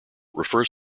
refers